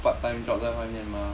part time job 在外面嘛